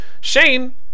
Shane